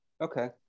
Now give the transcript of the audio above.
Okay